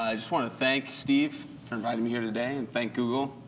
ah just want to thank steve for inviting me here today and thank google,